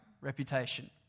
reputation